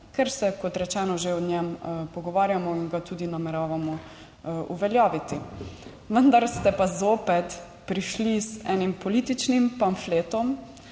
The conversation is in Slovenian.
ker se, kot rečeno, že o njem pogovarjamo in ga tudi nameravamo uveljaviti. Vendar ste pa zopet prišli z enim političnim pamfletom,